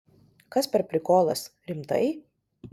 kas per prikolas rimtai